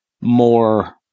more